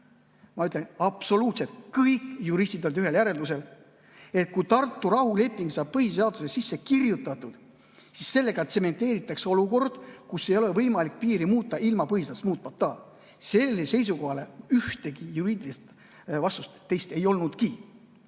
ma ütlen, et absoluutselt kõik – juristid olid ühel järeldusel, et kui Tartu rahuleping saab põhiseadusesse sisse kirjutatud, siis sellega tsementeeritaks olukord, kus ei ole võimalik piiri muuta ilma põhiseadust muutmata. Sellele seisukohale ühtegi juriidilist vastuväidet ei olnudki.